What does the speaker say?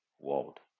world